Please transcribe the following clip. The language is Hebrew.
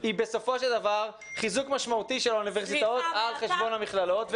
היא בסופו של דבר חיזוק משמעותי של האוניברסיטאות על חשבון המכללות.